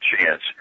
chance